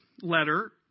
letter